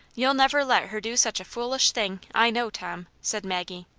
you'll never let her do such a foolish thing, i know, tom, said maggie.